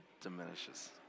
diminishes